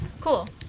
cool